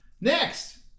Next